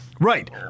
Right